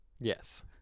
Yes